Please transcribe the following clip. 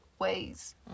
ways